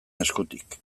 eskutik